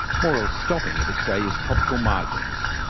more or less stopping at australia's tropical margins.